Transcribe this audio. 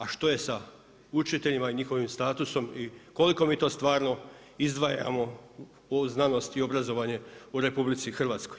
A što je sa učiteljima i njihovim statusom i koliko mi to stvarno izdvajamo u znanost i obrazovanje u RH?